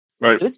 Right